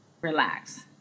relax